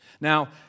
Now